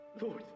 Lord